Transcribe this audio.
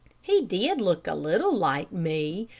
he did look a little like me,